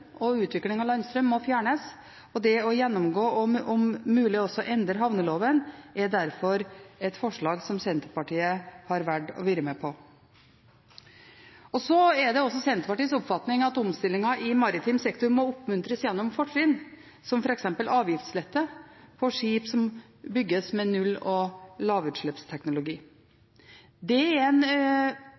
og utvikling av landstrøm, må fjernes, og det å gjennomgå og muligens også endre havneloven er derfor et forslag som Senterpartiet har valgt å være med på. Det er også Senterpartiets oppfatning at omstillingen i maritim sektor må oppmuntres gjennom fortrinn, som f.eks. avgiftslette på skip som bygges med null- og lavutslippsteknologi. Det er en